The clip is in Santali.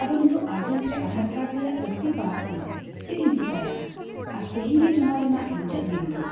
ᱟᱫᱚ ᱱᱤᱛᱚᱜ ᱟᱨᱡᱮᱱᱴ ᱨᱮ ᱟᱫᱷᱟᱨ ᱠᱟᱨᱰ ᱨᱮᱭᱟᱜ ᱞᱟᱹᱠᱛᱤ ᱯᱟᱲᱟᱜ ᱠᱟᱱᱟ ᱪᱮᱫ ᱤᱧ ᱪᱤᱠᱟᱭᱟ ᱟᱨ ᱛᱮᱦᱮᱧ ᱜᱮ ᱡᱚᱢᱟ ᱨᱮᱱᱟᱜ ᱢᱩᱪᱟᱹᱫ ᱫᱤᱱ ᱫᱚ